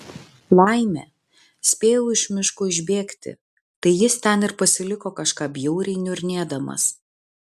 laimė spėjau iš miško išbėgti tai jis ten ir pasiliko kažką bjauriai niurnėdamas